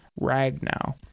Ragnow